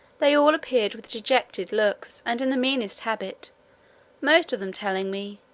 they all appeared with dejected looks, and in the meanest habit most of them telling me,